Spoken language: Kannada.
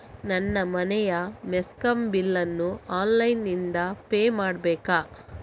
ನನ್ನ ಮನೆಯ ಮೆಸ್ಕಾಂ ಬಿಲ್ ಅನ್ನು ಆನ್ಲೈನ್ ಇಂದ ಪೇ ಮಾಡ್ಬೇಕಾ?